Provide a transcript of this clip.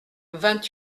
vingt